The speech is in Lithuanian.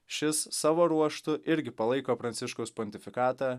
šis savo ruožtu irgi palaiko pranciškaus pontifikatą